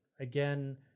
again